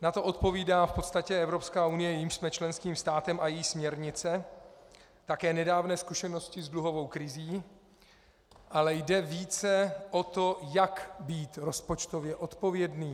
na to odpovídá v podstatě Evropská unie, jejímž jsme členským státem, a její směrnice, také nedávné zkušenosti s dluhovou krizí, ale jde více o to, jak být rozpočtově odpovědný.